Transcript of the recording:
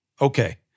Okay